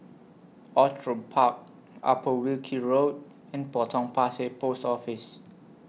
Outram Park Upper Wilkie Road and Potong Pasir Post Office